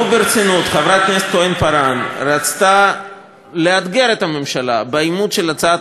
לו רצתה חברת כנסת כהן-פארן ברצינות לאתגר את הממשלה באימוץ של הצעת